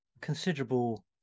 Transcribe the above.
considerable